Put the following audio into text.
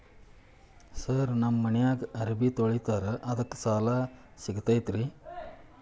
Sir ನಮ್ಮ ಮನ್ಯಾಗ ಅರಬಿ ತೊಳಿತಾರ ಅದಕ್ಕೆ ಸಾಲ ಸಿಗತೈತ ರಿ?